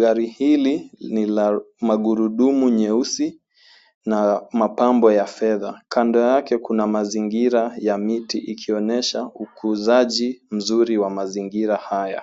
Gari hili ni la magurudumu nyeusi na mapambo ya fedha. Kando yake kuna mazingira ya miti ikionyesha ukuzaji mzuri wa mazingira haya.